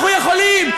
אנחנו יכולים.